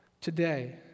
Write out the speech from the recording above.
Today